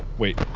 wait